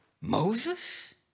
Moses